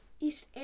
East